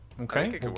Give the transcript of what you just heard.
Okay